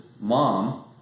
mom